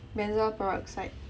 benzoyl peroxide